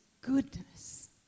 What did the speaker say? goodness